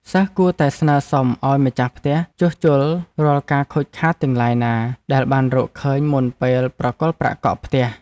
សិស្សគួរតែស្នើសុំឱ្យម្ចាស់ផ្ទះជួសជុលរាល់ការខូចខាតទាំងឡាយណាដែលបានរកឃើញមុនពេលប្រគល់ប្រាក់កក់ផ្ទះ។